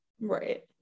right